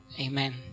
Amen